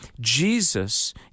Jesus